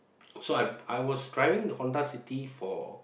so I I was driving the Honda City for